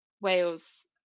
Wales